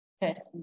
person